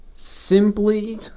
simply